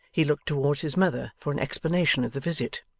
he looked towards his mother for an explanation of the visit.